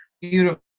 beautiful